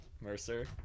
Mercer